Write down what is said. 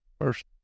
First